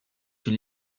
une